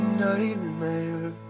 nightmare